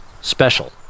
Special